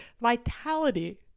vitality